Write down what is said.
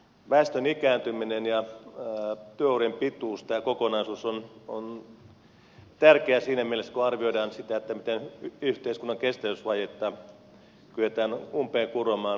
väestön ikääntyminen ja työurien pituus tämä kokonaisuus on tärkeä siinä mielessä kun arvioidaan sitä miten yhteiskunnan kestävyysvajetta kyetään umpeen kuromaan